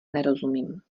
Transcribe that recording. nerozumím